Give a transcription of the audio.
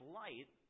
light